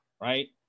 Right